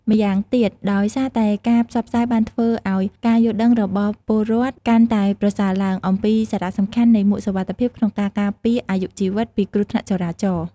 ម្យ៉ាងទៀត ដោយសារតែការផ្សព្វផ្សាយបានធ្វើឲ្យការយល់ដឹងរបស់ពលរ្ឋកាន់តែប្រសើរឡើងអំពីសារៈសំខាន់នៃមួកសុវត្ថិភាពក្នុងការការពារអាយុជីវិតពីគ្រោះថ្នាក់ចរាចរណ៍។